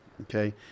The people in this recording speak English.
okay